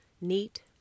neat